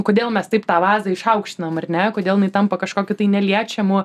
kodėl mes taip tą vazą išaukštinam ar ne kodėl jinai tampa kažkokiu tai neliečiamu